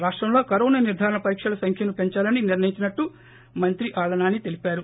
రాష్టంలో కరోనా నిర్గారణ పరీక్షల సంఖ్యను పెందాలని నిర్ణయించినట్లు మంత్రి ఆళ్ల నాని తెలిపారు